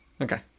Okay